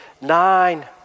nine